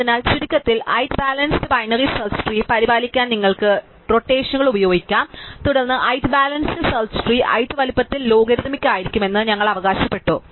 അതിനാൽ ചുരുക്കത്തിൽ height balanced binary search tree പരിപാലിക്കാൻ നിങ്ങൾക്ക് റൊട്ടേഷനുകൾ ഉപയോഗിക്കാം തുടർന്ന് height balance search tree height വലുപ്പത്തിൽ ലോഗരിത്തമിക് ആയിരിക്കുമെന്ന് ഞങ്ങൾ അവകാശപ്പെട്ടു